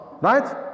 right